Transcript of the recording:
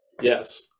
yes